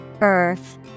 Earth